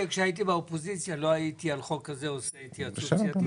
ההתייעצות הסיעתית